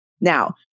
Now